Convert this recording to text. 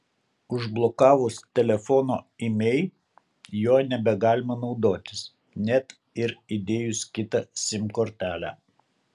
užblokavus telefono imei juo nebegalima naudotis net ir įdėjus kitą sim kortelę